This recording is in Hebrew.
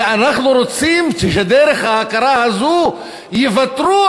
אלא אנחנו רוצים שדרך ההכרה הזאת יוותרו